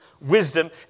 wisdom